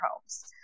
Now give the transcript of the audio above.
homes